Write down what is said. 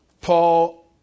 Paul